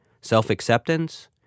Self-acceptance